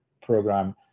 program